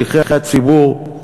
שליחי הציבור,